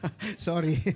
Sorry